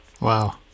Wow